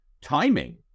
timing